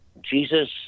Jesus